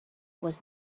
was